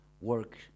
work